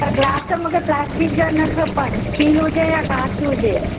पर ग्लासु मूंखे प्लास्टिक जा न खपनि स्टील हुजे या कांचु हुजे